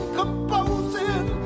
composing